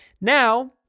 Now